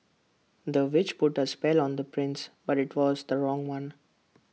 the witch put A spell on the prince but IT was the wrong one